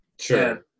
Sure